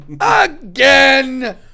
Again